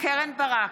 קרן ברק,